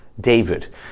David